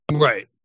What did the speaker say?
Right